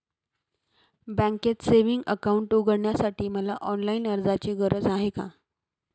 बँकेत savings account उघडण्यासाठी मला ऑनलाईन अर्जाची गरज आहे का?